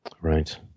Right